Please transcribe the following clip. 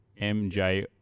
MJ